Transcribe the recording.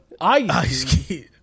Ice